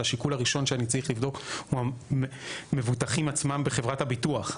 שהשיקול הראשון שאני צריך לבדוק הוא המבוטחים עצמם בחברת הביטוח.